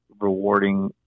rewarding